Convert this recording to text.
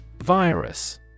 Virus